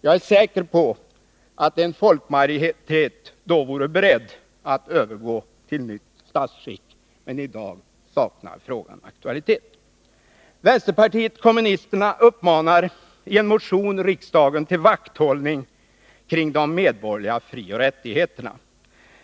Jag är säker att en folkmajoritet då vore beredd att övergå till nytt statsskick, men i dag saknar frågan aktualitet. Vänsterpartiet kommunisterna uppmanar i en motion riksdagen till vakthållning kring de medborgerliga frioch rättigheterna.